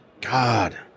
god